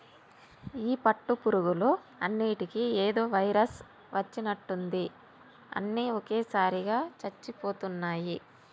ఈ పట్టు పురుగులు అన్నిటికీ ఏదో వైరస్ వచ్చినట్టుంది అన్ని ఒకేసారిగా చచ్చిపోతున్నాయి